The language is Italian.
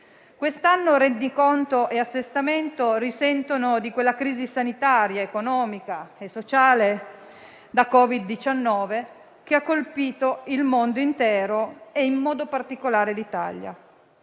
Quest'anno il rendiconto e l'assestamento risentono di quella crisi sanitaria, economica e sociale da Covid-19 che ha colpito il mondo intero e in modo particolare l'Italia.